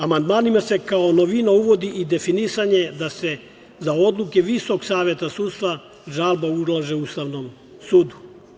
Amandmanima se kao novina uvodi i definisanje da se za odluke Visokog saveta sudstva žalba ulaže Ustavnom sudu.